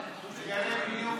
יפה.